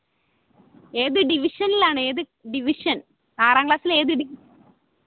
ഏത് ഡിവിഷൻലാണ് ഏത് ഡിവിഷൻ ആറാം ക്ലാസിലെ ഏത് ഡിവി